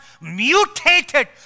mutated